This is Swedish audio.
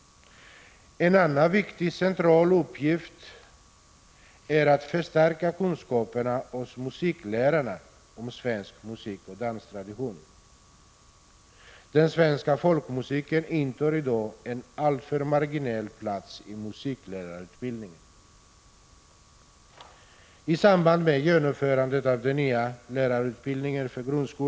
En annan viktig, central uppgift är att förstärka kunskaperna hos musiklärarna om svensk musikoch danstradition. Den svenska folkmusiken intar i dag en alltför marginell plats i musiklärarutbildningen.